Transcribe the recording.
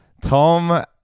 Tom